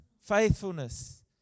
faithfulness